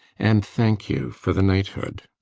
and thank you for the knighthood.